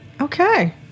okay